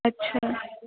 अच्छा